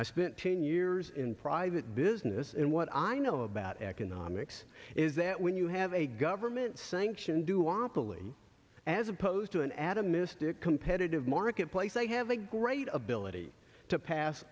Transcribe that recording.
i spent ten years in private business and what i know about economics is that when you have a government sanctioned to optimally as opposed to an adam mystic competitive marketplace they have a great ability to pass